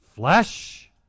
Flesh